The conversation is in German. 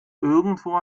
irgendwo